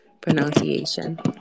pronunciation